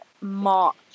march